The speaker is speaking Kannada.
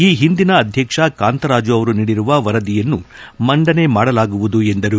ಈ ಹಿಂದಿನ ಅಧ್ಯಕ್ಷ ಕಾಂತರಾಜು ಅವರು ನೀಡಿರುವ ವರದಿಯನ್ನು ಮಂಡನೆ ಮಾಡಲಾಗುವುದು ಎಂದರು